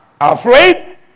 Afraid